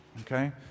okay